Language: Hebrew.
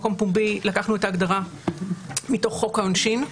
מקום פומבי, לקחנו את הגדרה מתוך חוק העונשין.